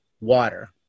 water